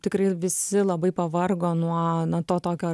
tikrai visi labai pavargo nuo nuo to tokio